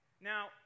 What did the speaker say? Now